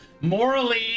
morally